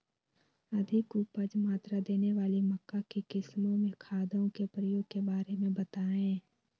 अधिक उपज मात्रा देने वाली मक्का की किस्मों में खादों के प्रयोग के बारे में बताएं?